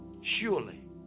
Surely